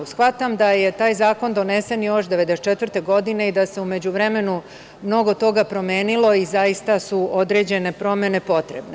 Shvatam da je taj zakon donesen još 1994. godine i da se u međuvremenu mnogo toga promenilo i zaista su određene promene potrebne.